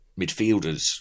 midfielders